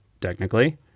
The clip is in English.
technically